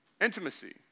Intimacy